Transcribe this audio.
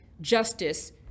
justice